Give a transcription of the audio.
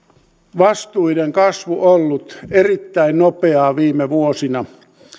vastuiden kasvu ollut erittäin nopeaa viime vuosina